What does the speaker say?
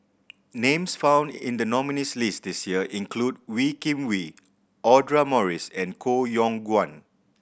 names found in the nominees' list this year include Wee Kim Wee Audra Morrice and Koh Yong Guan